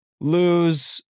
lose